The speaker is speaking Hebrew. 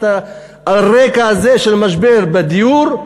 על הרקע הזה של משבר בדיור,